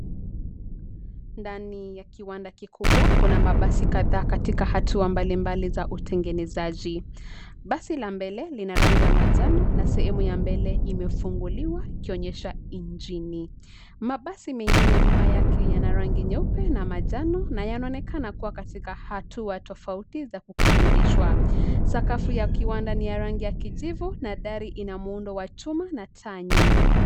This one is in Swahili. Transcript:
Ndani ya kiwanda kikubwa kuna mabasi kadhaa katika hatua mbali mbali za utengenezaji, basi la mbele lina rangi ya manjano na sehemu ya mbele imefunguliwa, ikionyesha injini, mabasi mengine nyuma yake yana rangi nyeupe na manjano na yanaonekana kuwa katika hatua tofauti za kukamilishwa, sakafu ya kiwanda ni ya rangi ya kijivu na dari ina muundo wa chuma na taa nyingi.